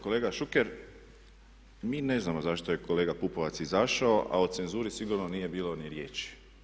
Kolega Šuker mi ne znamo zašto je kolega Pupovac izašao a o cenzuri sigurno nije bilo ni riječi.